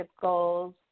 goals